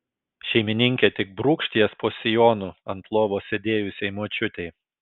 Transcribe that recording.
šeimininkė tik brūkšt jas po sijonu ant lovos sėdėjusiai močiutei